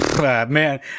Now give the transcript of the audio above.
man